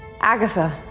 Agatha